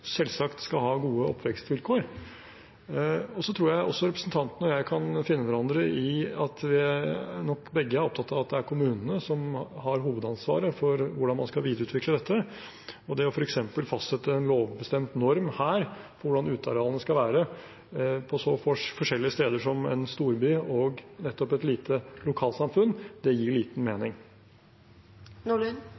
selvsagt skal ha gode oppvekstvilkår. Jeg tror også representanten og jeg kan finne hverandre i at vi nok begge er opptatt av at det er kommunene som har hovedansvaret for hvordan man skal videreutvikle dette. For eksempel å fastsette en lovbestemt norm her for hvordan utearealene skal være på så forskjellige steder som en storby og et lite lokalsamfunn, gir liten